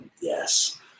yes